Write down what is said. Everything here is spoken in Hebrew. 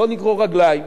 לא נגרור רגליים.